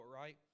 right